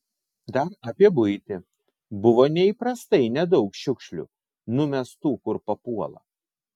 dar apie buitį buvo neįprastai nedaug šiukšlių numestų kur papuola